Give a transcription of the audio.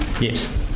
Yes